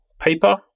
paper